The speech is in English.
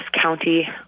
County